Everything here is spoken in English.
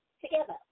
together